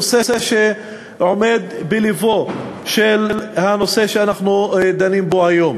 נושא שעומד בלבו של הנושא שאנחנו דנים בו היום,